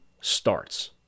starts